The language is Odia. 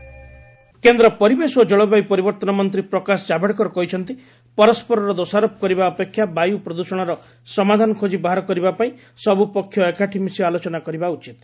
ଜାଭଡେକର ପଲ୍ୟୁସନ୍ କେନ୍ଦ୍ର ପରିବେଶ ଓ କଳବାୟୁ ପରିବର୍ତ୍ତନ ମନ୍ତ୍ରୀ ପ୍ରକାଶ ଜାଭଡେକର କହିଛନ୍ତି ପରସ୍କରର ଦୋଷାରୋପ କରିବା ଅପେକ୍ଷା ବାୟୁ ପ୍ରଦୃଷଣର ସମାଧାନ ଖୋଜି ବାହାର କରିବା ପାଇଁ ସବୁ ପକ୍ଷ ଏକାଠି ମିଶି ଆଲୋଚନା କରିବା ଉଚିତ୍